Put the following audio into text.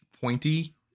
pointy